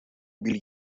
بیل